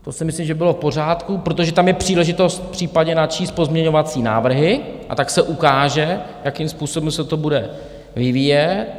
To si myslím, že by bylo v pořádku, protože tam je příležitost případně načíst pozměňovací návrhy, a tak se ukáže, jakým způsobem se to bude vyvíjet.